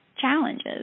challenges